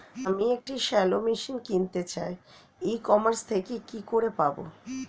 আমি একটি shallow machine কিনতে চাই ই কমার্স থেকে কি করে পাবো?